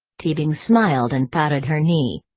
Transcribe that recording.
teabing smiled and patted her knee.